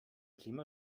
klima